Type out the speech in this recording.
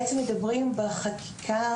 משפרים אותו משנה לשנה בין הרשויות המקומיות